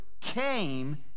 came